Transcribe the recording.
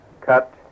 Cut